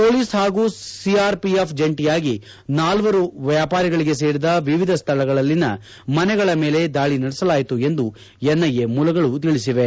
police ಹಾಗೂ CRPF ಜಂಟಿಯಾಗಿ ನಾಲ್ವರು ವ್ಲಾಪಾರಿಗಳಿಗೆ ಸೇರಿದ ವಿವಿಧ ಸ್ನಳಗಳಲ್ಲಿನ ಮನೆಗಳ ಮೇಲೆ ದಾಳಿ ನಡೆಸಲಾಯಿತು ಎಂದು ಎನ್ಐಎ ಮೂಲಗಳು ತಿಳಿಸಿವೆ